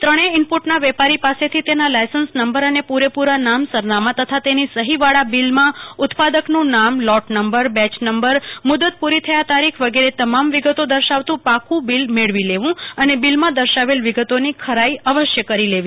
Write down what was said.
ત્રણેય ઇનપુટના વેપારી પાસેથી તેના લાયસન્સ નંબર અને પુરેપુરા નામ્રસરનામા તથા તેની સફીવાળા બીલમાં ઉત્પાદકનું નામલોટ નંબરબેચ નંબર મુ દત પુ રી થયા તારીખ વગેરે તમામ વિગતો દર્શદ્વતું પાકુ બીલ મેળવી લેવું અને બીલમાં દર્શાવેલ વિગતોની ખરાઇઅવશ્ય કરી લેવી